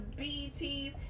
BTS